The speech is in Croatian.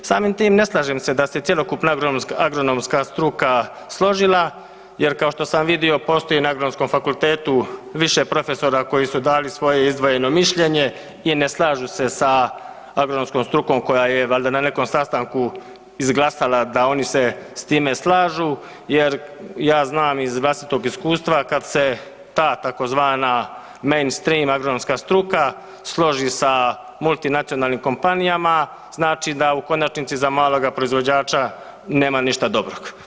Samim tim ne slažem se da se cjelokupna agronomska struka složila jer kao što sam vidio postoji na Agronomskom fakultetu više profesora koji su dali svoje izdvojeno mišljenje i ne slažu se sa agronomskom strukom koja je valjda na nekom sastanku izglasala da oni se s time slažu jer ja znam iz vlastitog iskustva kad se ta tzv. mainstream agronomska struka složi sa multinacionalnim kompanijama znači da u konačnici za maloga proizvođača nema ništa dobrog.